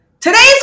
today's